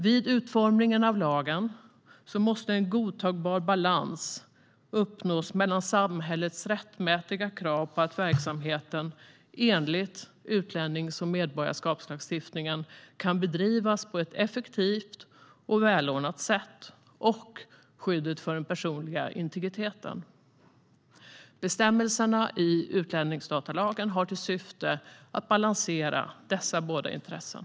Vid utformningen av lagen måste en godtagbar balans uppnås mellan samhällets rättmätiga krav på att verksamheten enligt utlännings och medborgarskapslagstiftningen kan bedrivas på ett effektivt och välordnat sätt och skyddet för den personliga integriteten. Bestämmelserna i utlänningsdatalagen har till syfte att balansera dessa båda intressen.